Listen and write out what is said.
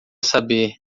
saber